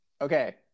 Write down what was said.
Okay